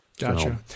Gotcha